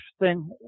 interesting